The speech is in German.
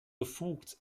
befugt